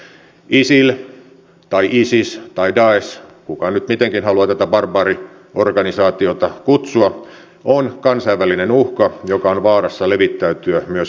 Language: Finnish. isil tai isis tai daesh kuka nyt mitenkin haluaa tätä barbaariorganisaatiota kutsua on kansainvälinen uhka joka on vaarassa levittäytyä myös eurooppaan